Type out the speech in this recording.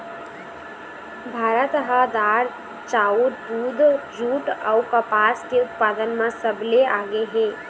भारत ह दार, चाउर, दूद, जूट अऊ कपास के उत्पादन म सबले आगे हे